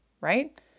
right